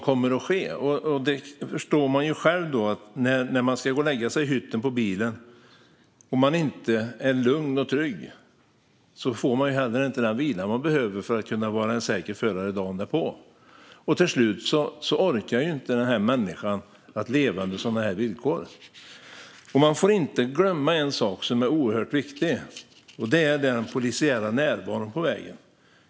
Det säger sig ju självt att om man inte känner sig lugn och trygg när man ska lägga sig i hytten på sin bil får man inte den vila man behöver för att kunna vara en säker förare dagen därpå. Till slut orkar man inte leva under dessa villkor. Man får inte glömma en viktig sak, och det är den polisiära närvaron på vägen.